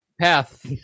path